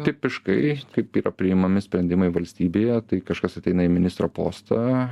tipiškai kaip yra priimami sprendimai valstybėje tai kažkas ateina į ministro postą